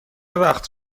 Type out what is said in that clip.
وقت